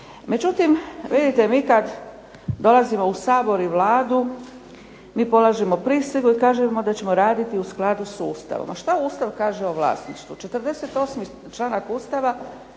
Međutim vidite mi kad dolazimo u Sabor i Vladu mi polažemo prisegu i kažemo da ćemo raditi u skladu s Ustavom. A što Ustav kaže o vlasništvu? 48. članak Ustava